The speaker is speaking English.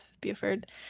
Buford